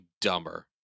dumber